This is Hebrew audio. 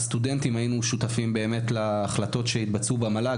הסטודנטים היינו שותפים באמת להחלטות שהתבצעו במל"ג.